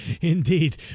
Indeed